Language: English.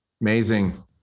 Amazing